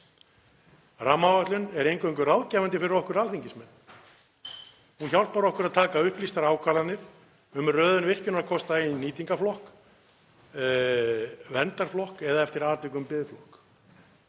Rammaáætlun er eingöngu ráðgefandi fyrir okkur alþingismenn. Hún hjálpar okkur að taka upplýstar ákvarðanir um röðun virkjunarkosta í nýtingarflokk, verndarflokk eða eftir atvikum biðflokk.